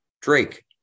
Drake